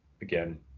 Again